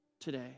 today